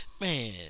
Man